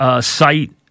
Site